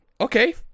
okay